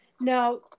Now